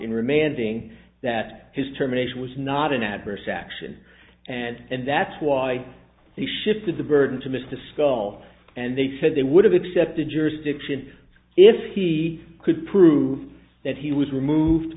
in remanding that his terminations was not an adverse action and that's why he shifted the burden to miss the skull and they said they would have accepted jurisdiction if he could prove that he was removed